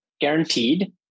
guaranteed